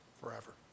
forever